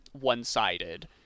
one-sided